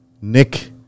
Nick